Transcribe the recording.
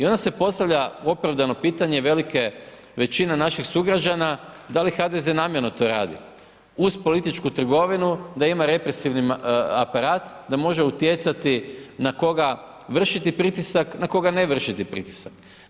I onda se postavlja opravdano pitanje velike većine naših sugrađana da li HDZ to namjerno radi uz političku trgovinu da ima represivni aparat, da može utjecati na koga vršiti pritisak, na koga ne vršiti pritisak.